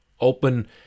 open